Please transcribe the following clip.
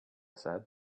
said